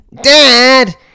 Dad